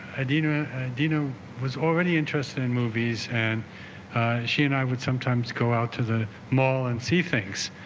adina dino was already interested in movies and she and i would sometimes go out to the mall and see things